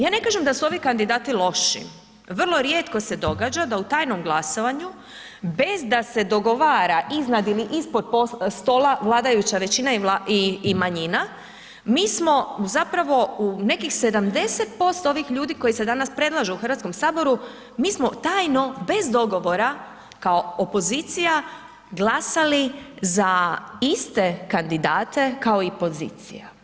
Ja ne kažem da su ovi kandidati loši, vrlo rijetko se događa da u tjanom glasovanju bez da se dogovara iznad ili ispod stola vladajuća većina i manjina mi smo u zapravo nekih 70% ovih ljudi koji se danas predlažu u Hrvatskom saboru mi smo tajno bez dogovora kao opozicija glasali za iste kandidate kao i pozicija.